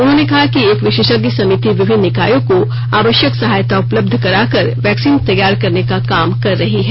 उन्होंने कहा कि एक विशेषज्ञ समिति विभिन्न निकायों को आवश्यक सहायता उपलब्ध कराकर वैक्सीन तैयार करने का काम कर रही है